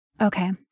Okay